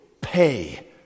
pay